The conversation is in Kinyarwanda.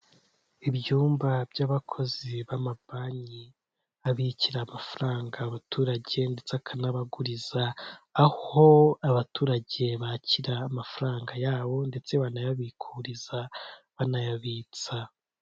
Ibyumba by'abakozi b'amabanki abikira amafaranga abaturage ndetse akanabaguriza, aho abaturage bakira amafaranga yabo ndetse banayabikuriza banayabitsa.